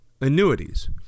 annuities